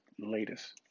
latest